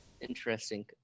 Interesting